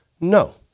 no